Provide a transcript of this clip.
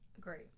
Great